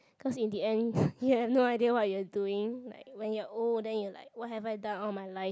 cause in the end you have no idea what you are doing like when you are old then you are like what have I done all my life